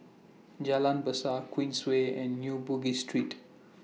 Jalan Besar Queensway and New Bugis Street